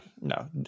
No